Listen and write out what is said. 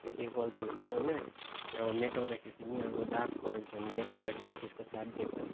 त्यो चाहिँ गल्ती हुन्छ होइन अब मेट्टाउँदाखेरि पनि अब डार्क गरेको छ भने मेट्टाउँदाखेरि त्यसको छाप देख्छ